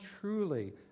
truly